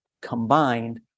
combined